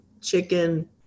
chicken